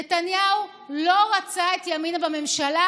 נתניהו לא רצה את ימינה בממשלה,